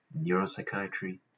neuropsychiatry